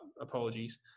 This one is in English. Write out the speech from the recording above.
apologies